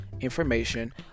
information